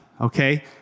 Okay